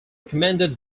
recommended